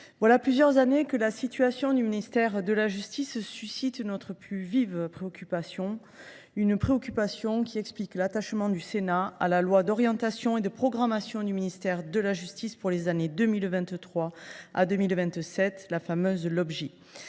voilà plusieurs années que la situation du ministère de la justice suscite notre plus vive préoccupation, laquelle explique l’attachement du Sénat à la loi d’orientation et de programmation du ministère de la justice pour les années 2023 à 2027, la fameuse LOPJ.